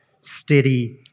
steady